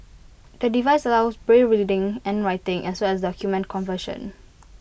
the device allows braille reading and writing as well as document conversion